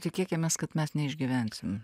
tikėkimės kad mes neišgyvensim